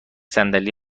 صندلی